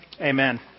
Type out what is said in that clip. Amen